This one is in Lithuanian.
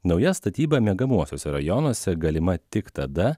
nauja statyba miegamuosiuose rajonuose galima tik tada